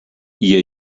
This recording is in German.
ihr